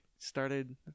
started